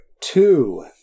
two